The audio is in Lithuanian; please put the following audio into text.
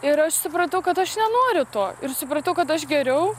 ir aš supratau kad aš nenoriu to ir supratau kad aš geriau